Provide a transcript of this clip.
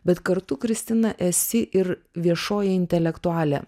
bet kartu kristina esi ir viešoji intelektualė